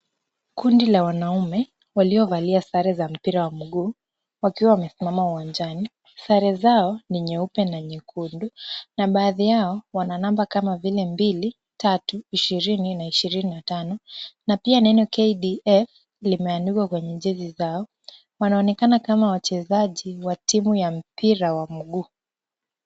Kundi la wanaume waliovalia sare za mpira wa mguu wakiwa wamesimama uwanjani. Sare zao ni nyeupe na nyekundu na badhi wao wana number kama 2,5,20na 25.Na pia neno KDF limeandikwa kwenye jezi zao. Wanaonekana kama wachezaji wa timu ya mpira wa mguu.